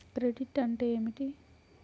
Credit అంటే ఏమిటి?